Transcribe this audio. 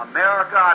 America